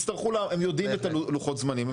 הם יודעים את לוחות הזמנים,